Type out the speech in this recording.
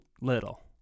little